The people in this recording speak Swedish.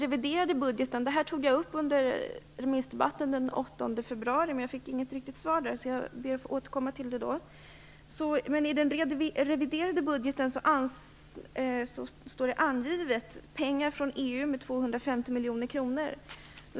Jag tog upp detta under remissdebatten den 8 februari, men eftersom jag inte fick något riktigt svar återkommer jag nu. I den reviderade budgeten står det angivet att EU anslår 250 miljoner kronor.